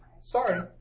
Sorry